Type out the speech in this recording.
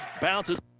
Bounces